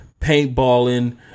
paintballing